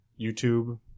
YouTube